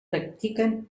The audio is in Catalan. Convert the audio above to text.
practiquen